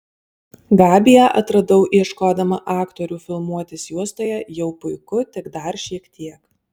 gabiją atradau ieškodama aktorių filmuotis juostoje jau puiku tik dar šiek tiek